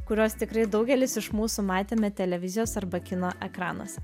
kuriuos tikrai daugelis iš mūsų matėme televizijos arba kino ekranuose